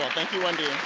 thank you, wendy.